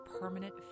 permanent